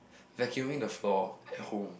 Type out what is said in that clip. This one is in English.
vacuuming the floor at home